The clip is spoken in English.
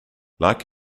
like